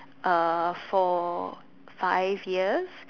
uh for five years